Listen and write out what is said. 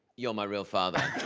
you're my real father.